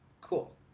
Cool